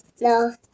No